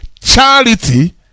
charity